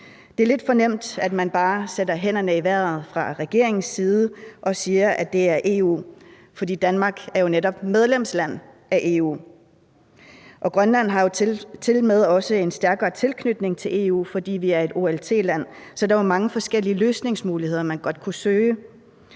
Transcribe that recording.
Det er lidt for nemt, at man bare slår ud med armene fra regeringens side og siger, at det hører til i EU, for Danmark er jo netop medlemsland i EU. Og Grønland har tilmed også en stærkere tilknytning til EU, fordi vi er et OLT-land, så der er jo mange forskellige løsningsmuligheder, man godt kunne afsøge.